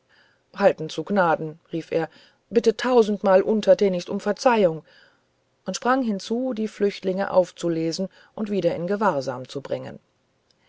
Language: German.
halten zu gnaden rief er bitte tausendmal untertänigst um verzeihung und sprang hinzu die flüchtlinge aufzulesen und wieder in gewahrsam zu bringen